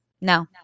No